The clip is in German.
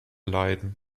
leiden